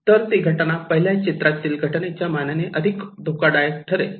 तर ती घटना पहिल्या चित्रातील घटनेच्या मनाने अधिक धोकादायक ठरेल